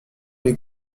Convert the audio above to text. les